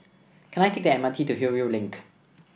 can I take the M R T to Hillview Link